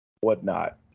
whatnot